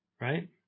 Right